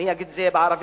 אגיד זאת בערבית,